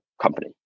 company